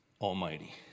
Almighty